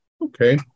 Okay